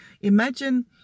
imagine